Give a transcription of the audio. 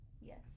Yes